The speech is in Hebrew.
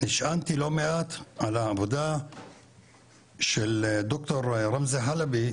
נשענתי לא מעט על העבודה של ד"ר רמזי חלבי,